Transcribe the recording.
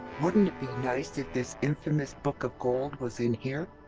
wouldn't it be nice if this infamous book of gold was in here?